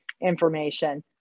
information